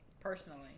personally